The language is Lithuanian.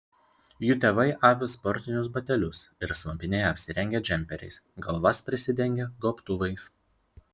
jų tėvai avi sportinius batelius ir slampinėja apsirengę džemperiais galvas prisidengę gobtuvais